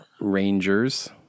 Rangers